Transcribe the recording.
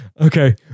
Okay